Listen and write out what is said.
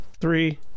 three